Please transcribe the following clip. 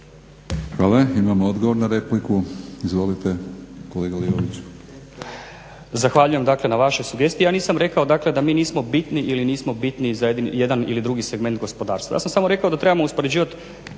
Hvala. Imamo odgovor na repliku. Izvolite kolega Lioviću.